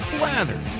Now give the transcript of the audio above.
lather